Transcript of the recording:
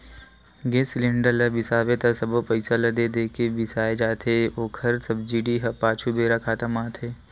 गेस cylinder ल बिसाबे त सबो पइसा ल दे के बिसाए जाथे ओखर सब्सिडी ह पाछू बेरा खाता म आथे